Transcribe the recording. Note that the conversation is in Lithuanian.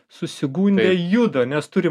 susigundę juda nes turi